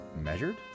measured